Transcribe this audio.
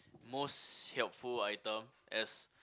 most helpful item as